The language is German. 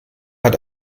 hat